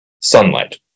sunlight